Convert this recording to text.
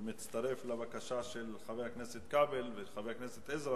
ומצטרף לבקשה של חבר הכנסת כבל וחבר הכנסת עזרא,